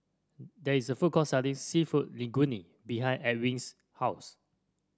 there is a food court selling seafood Linguine behind Ewin's house